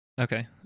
okay